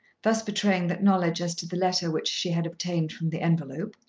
thus betraying that knowledge as to the letter which she had obtained from the envelope.